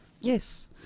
Yes